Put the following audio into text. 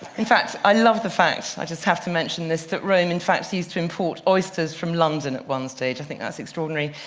in fact i love the fact, i just have to mention this rome in fact used to import oysters from london, at one stage. i think that's extraordinary.